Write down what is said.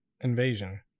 invasion